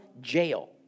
jail